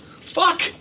Fuck